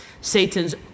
Satan's